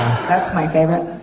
that's my favorite.